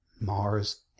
Mars